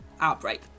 outbreak